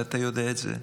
ואתה יודע את זה,